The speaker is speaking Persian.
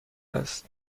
است